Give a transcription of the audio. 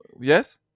Yes